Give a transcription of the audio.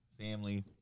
family